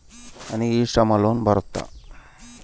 ನನಗೆ e Shram loan ಬರುತ್ತಾ?